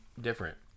different